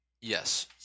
Yes